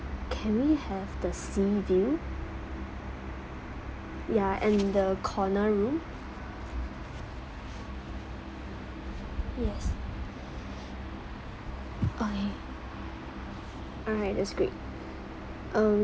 can we have the sea view ya and the corner room yes okay alright that's great um